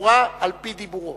אסורה על-פי דיבורו.